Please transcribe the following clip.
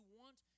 want